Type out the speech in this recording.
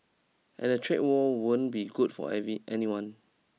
and a trade war won't be good for any anyone